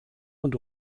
und